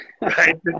right